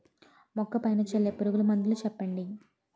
మొక్క పైన చల్లే పురుగు మందులు చెప్పండి?